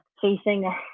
facing